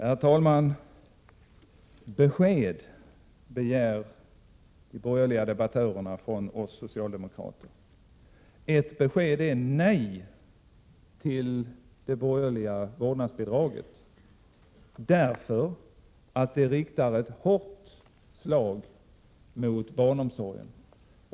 Herr talman! De borgerliga debattörerna begär besked från oss socialdemokrater. Ett besked är nej till det borgerliga vårdnadsbidraget, därför att det riktar ett hårt slag mot barnomsorgen.